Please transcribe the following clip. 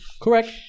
correct